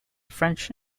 french